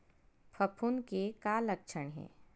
फफूंद के का लक्षण हे?